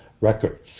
records